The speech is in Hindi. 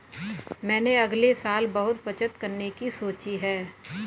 मैंने अगले साल बहुत बचत करने की सोची है